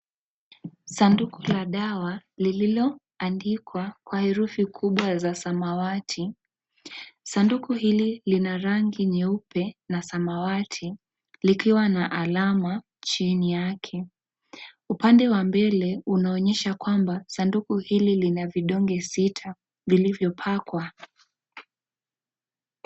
Sanduku la dawa lililo andikwa, kwa herufi kubwa za samawati. Sanduku hili lina rangi nyeupe na samawati likiwa na alama chini yake. Upande wa mbele, unaonyesha kwamba sanduku hili lina vidonge sita vilivyopakwa.